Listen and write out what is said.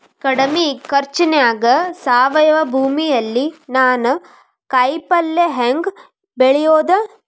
ಕಡಮಿ ಖರ್ಚನ್ಯಾಗ್ ಸಾವಯವ ಭೂಮಿಯಲ್ಲಿ ನಾನ್ ಕಾಯಿಪಲ್ಲೆ ಹೆಂಗ್ ಬೆಳಿಯೋದ್?